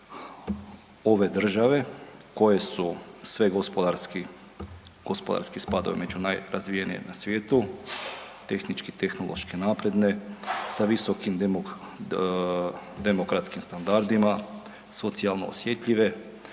ove države koje su sve gospodarski spadaju među najrazvijenije na svijetu, tehnički i tehnološki napredne sa visokim demokratskim standardima, socijalno osjetljive